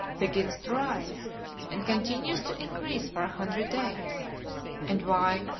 begins to rise and continues to increase for a hundred days and why,